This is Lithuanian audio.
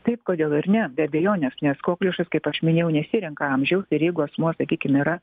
taip kodėl ir ne be abejonės nes kokliušas kaip aš minėjau nesirenka amžiaus ir jeigu asmuo sakykim yra